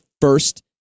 first